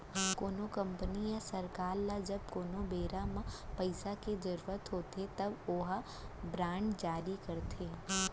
कोनो कंपनी या सरकार ल जब कोनो बेरा म पइसा के जरुरत होथे तब ओहा बांड जारी करथे